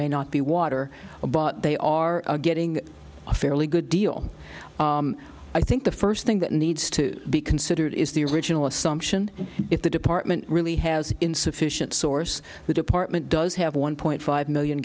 may not be water they are getting a fairly good deal i think the first thing that needs to be considered is the original assumption if the department really has insufficient source the department does have one point five million